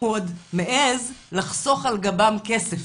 - הוא עוד מעז לחסוך על גבם כסף,